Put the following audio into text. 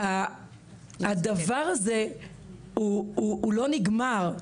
שהדבר הזה הוא לא נגמר,